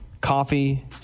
coffee